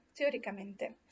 teoricamente